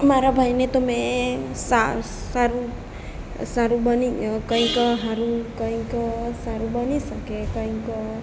મારા ભાઈને તો મેં સા સારું સારું બની કંઈક સારું કંઈક સારું બની શકે કંઈક